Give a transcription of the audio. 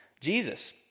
Jesus